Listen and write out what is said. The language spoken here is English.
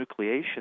nucleation